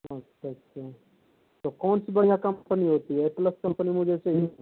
अच्छा च्छा तो कौन सी बढ़िया कम्पनी होती है कम्पनी मुझे चाहिए